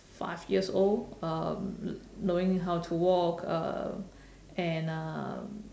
five years old um knowing how to walk uh and uh